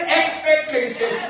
expectation